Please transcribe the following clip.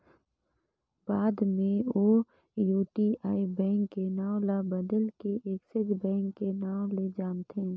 बाद मे ओ यूटीआई बेंक के नांव ल बदेल के एक्सिस बेंक के नांव ले जानथें